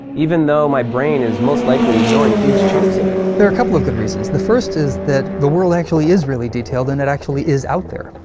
even though my brain is most likely ignoring huge chunks of it? there are a couple of good reasons. the first is that the world actually is really detailed, and it actually is out there.